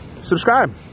subscribe